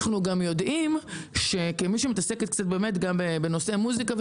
כמי שמתעסקת בנושאי מוזיקה,